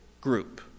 group